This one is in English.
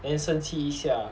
then 生气一下